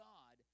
God